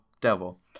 devil